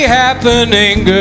happening